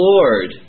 Lord